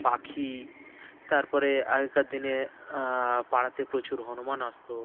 পাখি তারপরে আগেকার দিনে পাড়াতে প্রচুর হনুমান আসতো